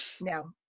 no